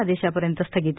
आदेशापर्यंत स्थगिती